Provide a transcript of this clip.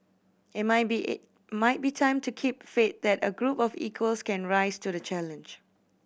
it might be might be time to keep faith that a group of equals can rise to the challenge